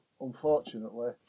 unfortunately